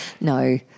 no